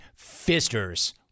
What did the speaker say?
fisters